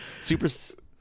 Super